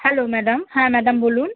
hello madam হ্যাঁ madam বলুন